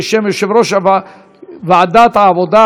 בשם יושב-ראש ועדת העבודה,